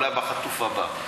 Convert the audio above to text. אולי בחטוף הבא.